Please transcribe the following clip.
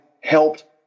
helped